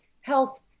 health